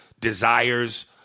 desires